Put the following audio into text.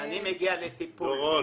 כשאני מגיע לטיפול --- הבנו.